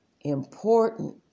important